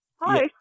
Hi